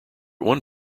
one